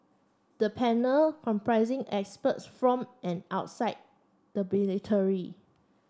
the panel comprising experts from and outside the military